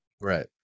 Right